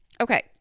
Okay